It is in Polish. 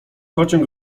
pociąg